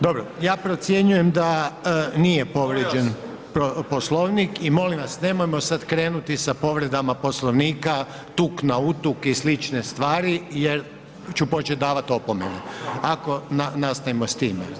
Dobro, ja procjenjujem da nije povrijeđen Poslovnik i molim vas nemojmo sad krenuti sa povredama Poslovnika tuk na utuk i slične stvari jer ću počet davat opomene ako nastavimo s time.